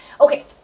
Okay